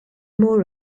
more